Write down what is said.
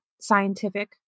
scientific